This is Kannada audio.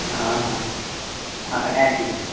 ಹಾಂ ಹಾಂ ಹಾಂ ತಾಂಕ್ ಯು ತಾಂಕ್ ಯು